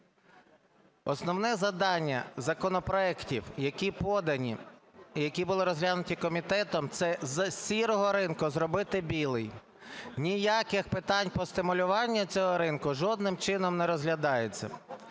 Основне завдання законопроектів, які подані, які були розглянуті комітетом - це з "сірого" ринку зробити "білий". Ніяких питань по стимулюванню цього ринку жодним чином не розглядається.